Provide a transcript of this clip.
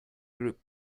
group